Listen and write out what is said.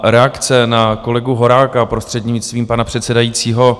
Reakce na kolegu Horáka, prostřednictvím pana předsedajícího.